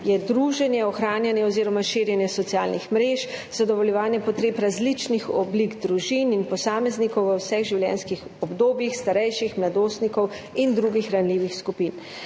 je druženje, ohranjanje oziroma širjenje socialnih mrež, zadovoljevanje potreb različnih oblik družin in posameznikov v vseh življenjskih obdobjih, starejših, mladostnikov in drugih ranljivih skupin.